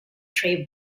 trey